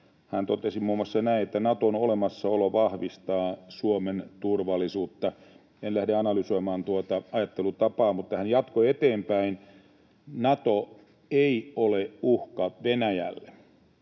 Hän totesi muun muassa näin, että Naton olemassaolo vahvistaa Suomen turvallisuutta. En lähde analysoimaan tuota ajattelutapaa, mutta hän jatkoi eteenpäin: ”Nato ei ole uhka Venäjälle.”